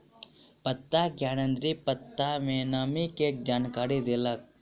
पत्ता ज्ञानेंद्री पत्ता में नमी के जानकारी देलक